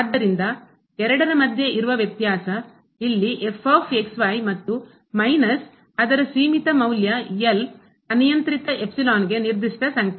ಆದ್ದರಿಂದ ಎರಡರ ಮಧ್ಯೆ ಇರುವ ವ್ಯತ್ಯಾಸ ಇಲ್ಲಿ ಮತ್ತು ಮೈನಸ್ ಅದರ ಸೀಮಿತ ಮೌಲ್ಯ ಅನಿಯಂತ್ರಿತ ಎಪ್ಸಿಲಾನ್ಗೆ ನಿರ್ದಿಷ್ಟ ಸಂಖ್ಯೆ